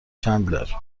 چندلر